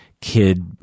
kid